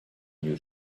new